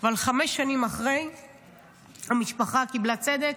אבל חמש שנים אחרי המשפחה קיבלה צדק,